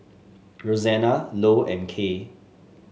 Rosanna Lou and Kay